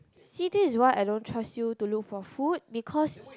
see this is why I don't trust you to look for food because